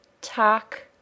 Talk